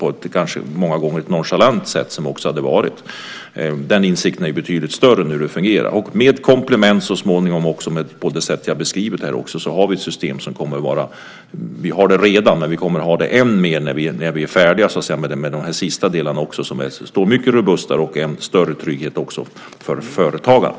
Det var många gånger på ett nonchalant sätt. Insikten om hur det fungerar är betydligt större. Med det komplement som jag har beskrivit har vi redan ett system, men vi kommer att ha än mer när vi är färdiga med de sista delarna, som står robustare och utgör en större trygghet för företagare.